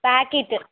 packet